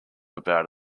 about